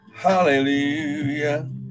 Hallelujah